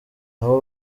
nabo